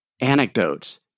anecdotes